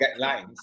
guidelines